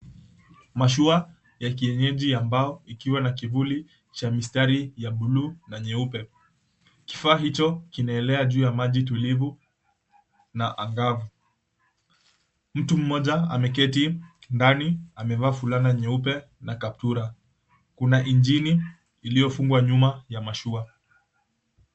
Mashua ya kienyeji ya mbao, ikiwa na kivuli cha mistari ya bluu na nyeupe. Kifaa hicho kinaelea juu ya maji tulivu na angavu. Mtu mmoja ameketi ndani, amevaa fulana nyeupe na kaptura. Kuna injini iliyofungwa nyuma ya mashua.